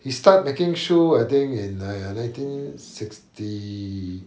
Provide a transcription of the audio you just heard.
we start making shoe I think in uh nineteen sixty